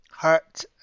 hurt